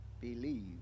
believe